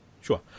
Sure